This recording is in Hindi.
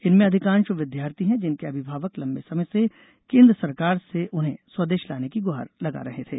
इनमें अधिकांष विद्यार्थी हैं जिनके अभिभावक लंबे समय से केंद्र सरकार से उन्हें स्वदेष लाने की गुहार लगा रहे थे